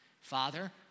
Father